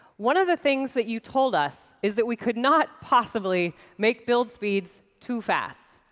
one of the things that you told us is that we could not possibly make build speeds too fast.